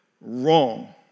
wrong